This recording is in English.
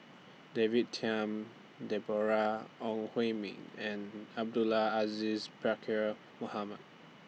David Tham Deborah Ong Hui Min and Abdul Aziz Pakkeer Mohamed